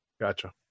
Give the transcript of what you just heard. Gotcha